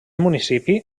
municipi